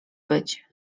być